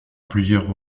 plusieurs